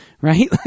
right